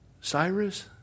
Cyrus